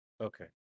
Okay